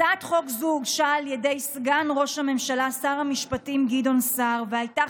הצעת חוק זו הוגשה על ידי סגן ראש הממשלה שר המשפטים גדעון סער והייתה